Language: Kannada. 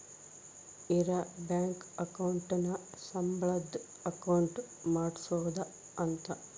ಇರ ಬ್ಯಾಂಕ್ ಅಕೌಂಟ್ ನ ಸಂಬಳದ್ ಅಕೌಂಟ್ ಮಾಡ್ಸೋದ ಅಂತ